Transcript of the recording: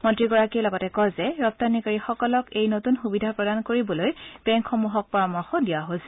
মন্ত্ৰীগৰাকীয়ে লগতে কয় যে ৰপ্তানিকাৰীসকলক এই নতুন সুবিধা প্ৰদান কৰিবলৈ বেংক সমূহক পৰামৰ্শ দিয়া হৈছে